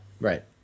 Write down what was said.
right